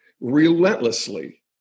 relentlessly